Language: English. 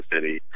city